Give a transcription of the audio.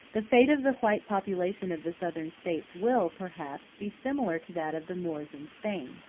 the fate of the white population of the southern states will, perhaps, be similar to that of the moors in spain.